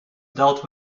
dealt